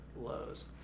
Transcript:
lows